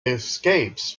escapes